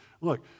Look